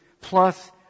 plus